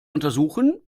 untersuchen